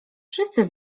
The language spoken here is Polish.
wszyscy